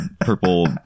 purple